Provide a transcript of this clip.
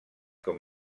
com